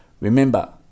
Remember